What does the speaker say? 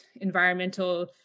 environmental